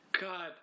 God